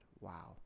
Wow